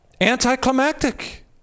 anticlimactic